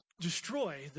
destroy